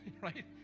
Right